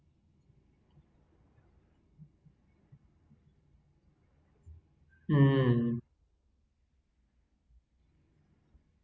hmm